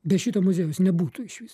be šito muziejaus nebūtų išvis